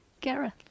Gareth